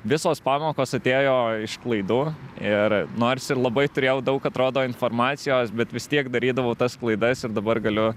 visos pamokos atėjo iš klaidų ir nors ir labai turėjau daug atrodo informacijos bet vis tiek darydavau tas klaidas ir dabar galiu